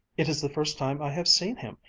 it is the first time i have seen him.